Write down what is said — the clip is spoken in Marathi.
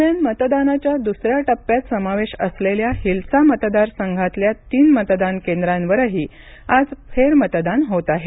दरम्यान मतदानाच्या दुसऱ्या टप्प्यात समावेश असलेल्या हिल्सा मतदारसंघातल्या तीन मतदान केंद्रांवरही आज फेर मतदान होत आहे